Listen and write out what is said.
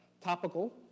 topical